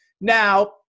now